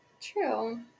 True